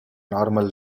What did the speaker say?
normal